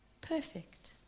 Perfect